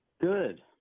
Good